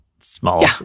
small